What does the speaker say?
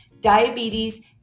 diabetes